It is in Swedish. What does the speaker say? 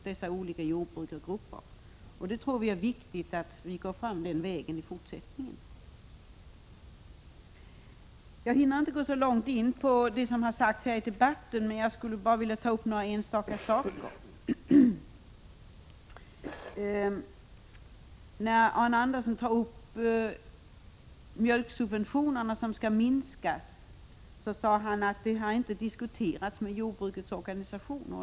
Vi tror att det är viktigt att i fortsättningen följa den vägen. Jag hinner inte gå så långt in på det som har sagts i debatten, men jag vill beröra några enstaka frågor. Arne Andersson i Ljung tog upp frågan om mjölksubventionerna som skall minskas, och sade att saken inte har diskuterats med jordbrukets organisationer.